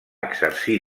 exercir